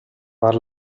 far